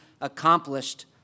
accomplished